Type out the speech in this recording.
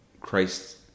christ